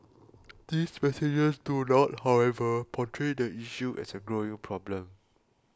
these messages do not however portray the issue as a growing problem